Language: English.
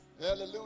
Hallelujah